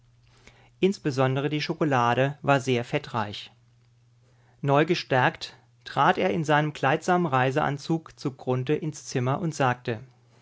insbesondere die schokolade war sehr fettreich neu gestärkt trat er in seinem kleidsamen reiseanzug zu grunthe ins zimmer und sagte